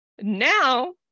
now